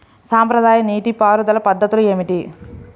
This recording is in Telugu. సాంప్రదాయ నీటి పారుదల పద్ధతులు ఏమిటి?